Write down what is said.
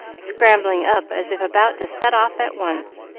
scrambling up as if about to set off at once.